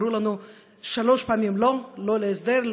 אמרו לנו שלוש פעמים לא: לא להסדר,